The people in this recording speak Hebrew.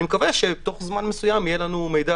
אני מקווה שבתוך זמן מסוים יהיה לנו יותר מידע,